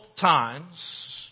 times